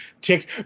ticks